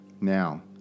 Now